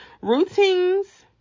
routines